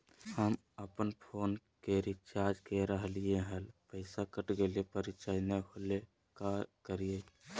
हम अपन फोन के रिचार्ज के रहलिय हल, पैसा कट गेलई, पर रिचार्ज नई होलई, का करियई?